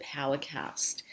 PowerCast